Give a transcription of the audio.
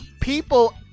people